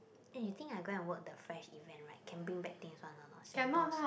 eh you think I go and work the fresh event right can bring back things [one] or not samples